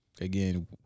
again